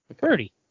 Birdie